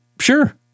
Sure